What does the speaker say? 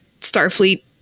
Starfleet